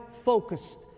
focused